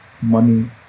money